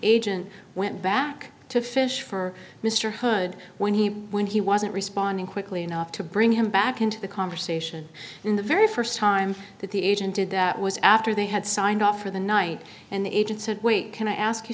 agent went back to fish for mr hood when he when he wasn't responding quickly enough to bring him back into the conversation in the very st time that the agent did that was after they had signed off for the night and the agent said wait can i ask you